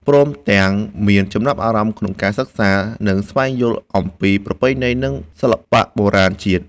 ព្រមទាំងមានចំណាប់អារម្មណ៍ក្នុងការសិក្សា និងស្វែងយល់អំពីប្រពៃណីនិងសិល្បៈបុរាណជាតិ។